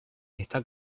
está